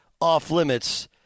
off-limits